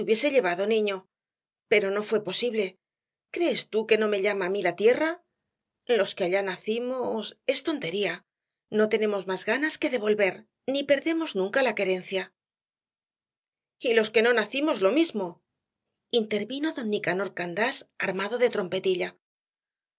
llevado niño pero no fué posible crees tú que no me llama á mí la tierra los que allá nacimos es tontería no tenemos más ganas que de volver ni perdemos nunca la querencia y los que no nacimos lo mismo intervino don nicanor candás armado de trompetilla